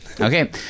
okay